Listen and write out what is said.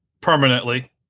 permanently